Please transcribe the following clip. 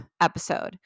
episode